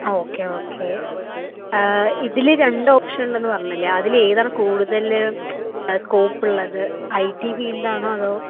okay okay ഇതില് രണ്ട് option ഉണ്ടെന്നു പറഞ്ഞില്ലേ അതിലേതാണ് കൂടുതൽ സ്കോപ്പ് ഉള്ളത് ഐ ടി ഫീൽഡാണോ അതോ